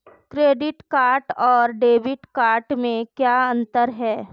Credit card और debit card में क्या अंतर है?